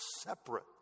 separate